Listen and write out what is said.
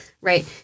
right